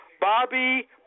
Bobby